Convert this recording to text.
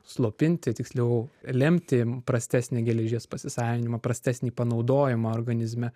slopinti tiksliau lemti prastesnį geležies pasisavinimą prastesnį panaudojimą organizme